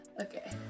Okay